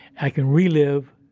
i can relive,